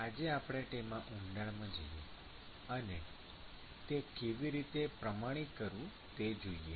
આજે આપણે તેમાં ઊંડાણમાં જઈએ અને તે કેવી રીતે પ્રમાણિત કરવું તે જોઈએ